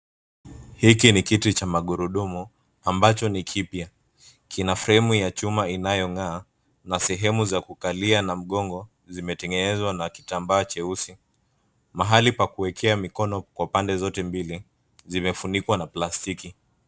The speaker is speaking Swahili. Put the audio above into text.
Hiki ni kiti cha magurudumu ambacho ni kipya. Kina fremu ya chuma inayong'aa na sehemu za kukalia na mgongo zimetengenezwa na kitambaa cheusi. Mahali pa kuekea mikono kwa pande zote mbili zimefunikwa na plastiki.